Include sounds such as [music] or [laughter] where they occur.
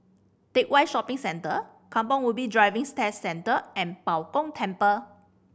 Teck Whye Shopping Centre Kampong Ubi Driving [hesitation] Test Centre and Bao Gong Temple